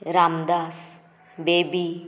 Ramdas baby